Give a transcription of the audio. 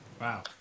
Wow